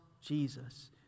Jesus